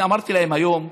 אמרתי להם היום,